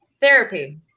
therapy